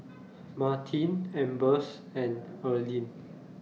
Martin Ambers and Earlean